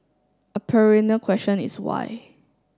a perennial question is why